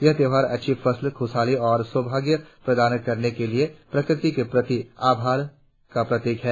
यह त्योहार अच्छी फसल खुशहाली और सौभाग्य प्रदान करने के लिए प्रकृति के प्रति आभार का प्रतीक है